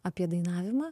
apie dainavimą